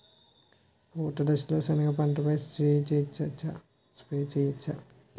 పూత దశలో సెనగ పంటపై స్ప్రే చేయచ్చా?